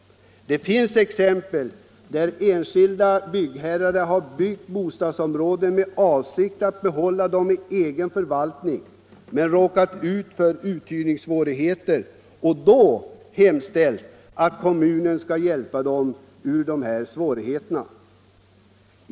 Det finns exempel på att enskilda byggherrar byggt bostadsområden med avsikt att behålla dem i egen förvaltning men råkat ut för uthyrningssvårigheter och då hemställt att kommunen skulle hjälpa dem ur svårigheterna.